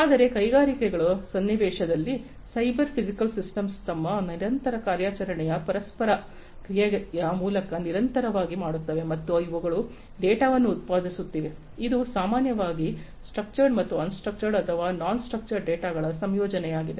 ಆದರೆ ಕೈಗಾರಿಕೆಗಳ ಸನ್ನಿವೇಶದಲ್ಲಿ ಸೈಬರ್ ಫಿಸಿಕಲ್ ಸಿಸ್ಟಮ್ಸ್ಗಳು ತಮ್ಮ ನಿರಂತರ ಕಾರ್ಯಾಚರಣೆಯ ಪರಸ್ಪರ ಕ್ರಿಯೆಯ ಮೂಲಕ ನಿರಂತರವಾಗಿ ಮಾಡುತ್ತವೆ ಮತ್ತು ಅವುಗಳು ಡೇಟಾವನ್ನು ಉತ್ಪಾದಿಸುತ್ತಿವೆ ಇದು ಸಾಮಾನ್ಯವಾಗಿ ಸ್ಟ್ರಕ್ಚರ್ಡ ಮತ್ತು ಅನ್ಸ್ಟ್ರಕ್ಚರ್ಡ ಅಥವಾ ನಾನ್ ಸ್ಟ್ರಕ್ಚರ್ಡ ಡೇಟಾಗಳ ಸಂಯೋಜನೆಯಾಗಿದೆ